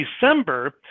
December